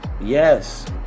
Yes